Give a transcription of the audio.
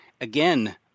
again